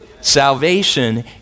Salvation